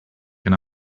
can